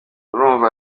urumva